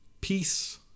Peace